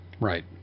Right